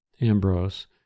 Ambrose